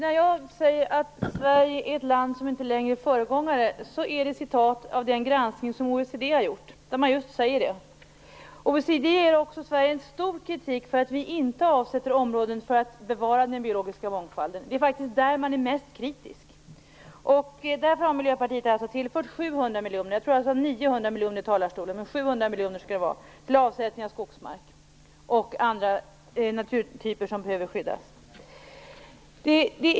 Fru talman! Sverige är ett land som inte längre är föregångare. Det är hämtat från den granskning som OECD har gjort. OECD ger också Sverige skarp kritik för att vi inte avsätter områden för bevarande av den biologiska mångfalden. I det avseendet är man mest kritisk. Därför vill Miljöpartiet tillföra 700 miljoner - jag råkade tidigare säga 900 miljoner, men det skall alltså vara 700 miljoner - för avsättning av skogsmark och andra naturtyper som behöver skyddas.